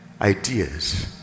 ideas